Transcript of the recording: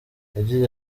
yagize